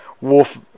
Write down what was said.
wolf